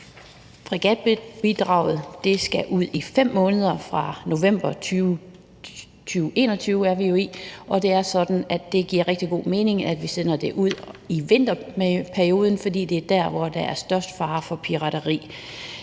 fregatbidraget skal ud i 5 måneder fra november 2021, og det er sådan, at det giver rigtig god mening, at vi sender det ud i vinterperioden, for det er der, der er størst fare for pirateri.